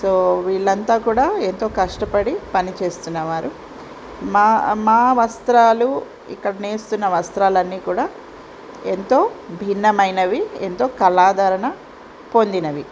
so వీళ్ళంతా కూడా ఎంతో కష్టపడి పనిచేస్తున్న వారు మా మా వస్త్రాలు ఇక్కడ నేస్తున్న వస్త్రాలన్నీ కూడా ఎంతో భిన్నమైనవి ఎంతో కళాధారణ పొందినవి